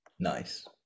Nice